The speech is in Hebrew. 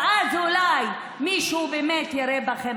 ואז אולי מישהו באמת יראה בכם